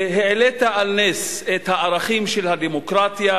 והעלית על נס את הערכים של הדמוקרטיה,